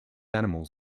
animals